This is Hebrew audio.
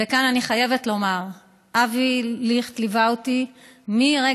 כאן אני חייבת לומר שאבי ליכט ליווה אותי מרגע